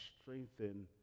strengthen